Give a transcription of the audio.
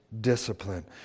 discipline